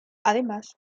además